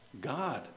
God